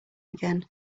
again